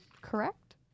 correct